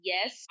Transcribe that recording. Yes